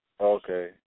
Okay